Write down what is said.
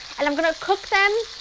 and i'm going to cook them,